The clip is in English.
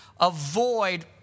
avoid